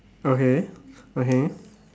okay okay